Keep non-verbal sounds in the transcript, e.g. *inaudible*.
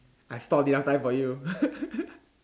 I stalled enough time for you *laughs*